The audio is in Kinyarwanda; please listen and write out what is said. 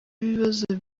ibibazo